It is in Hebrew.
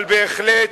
אבל בהחלט,